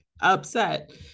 upset